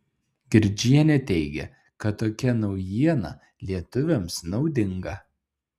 girdžienė teigia kad tokia naujiena lietuviams naudinga